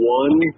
one